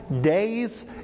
days